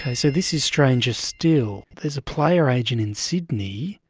so this is stranger still. there's a player agent in sydney,